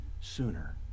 sooner